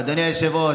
אדוני היושב-ראש,